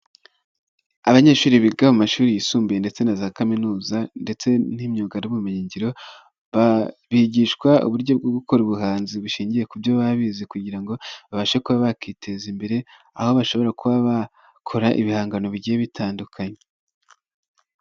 Abanyeshuri biga mu mashuri yisumbuye ndetse na za kaminuza ndetse n'imyuga n'ubumenyingiro bigishwa uburyo bwo gukora ubuhanzi bushingiye ku byo baba bize kugira ngo babashe kuba bakiteza imbere, aho bashobora kuba bakora ibihangano bigiye bitandukanye.